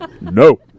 No